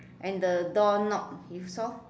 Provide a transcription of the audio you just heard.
and the door knob you saw